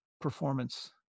performance